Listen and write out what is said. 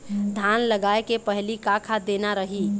धान लगाय के पहली का खाद देना रही?